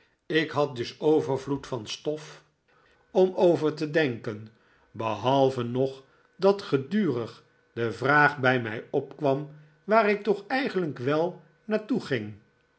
ik had dus overvloed van stof om over te denken behalve nog dat gedurig de vraag bij my opkwam waar ik toch eigenlijk wei naar toe ging